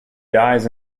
dies